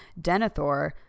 Denethor